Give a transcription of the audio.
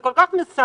כל כך משמח,